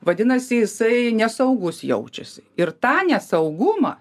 vadinasi jisai nesaugus jaučiasi ir tą nesaugumą